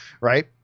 right